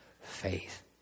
faith